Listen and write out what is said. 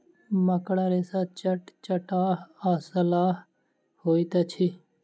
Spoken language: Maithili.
मकड़ा रेशा चटचटाह आ लसाह होइत अछि